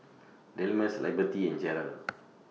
Delmus Liberty and Jarrell